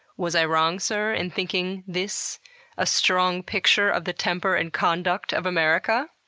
was i wrong, sir, in thinking this a strong picture of the temper and conduct of america?